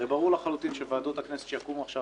הרי ברור לחלוטין שוועדות הכנסת שיקומו עכשיו